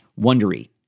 Wondery